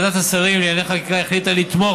ועדת השרים לענייני חקיקה החליטה לתמוך